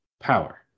power